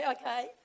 okay